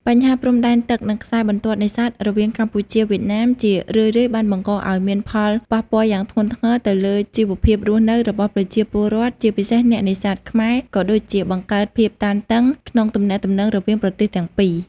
បញ្ហាព្រំដែនទឹក និងខ្សែបន្ទាត់នេសាទរវាងកម្ពុជាវៀតណាម ជារឿយៗបានបង្កឱ្យមានផលប៉ះពាល់យ៉ាងធ្ងន់ធ្ងរទៅលើជីវភាពរស់នៅរបស់ប្រជាពលរដ្ឋ ជាពិសេសអ្នកនេសាទខ្មែរ ក៏ដូចជាបង្កើតភាពតានតឹងក្នុងទំនាក់ទំនងរវាងប្រទេសទាំងពីរ។